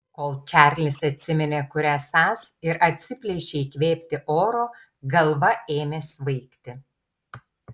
kol čarlis atsiminė kur esąs ir atsiplėšė įkvėpti oro galva ėmė svaigti